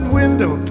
window